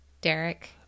Derek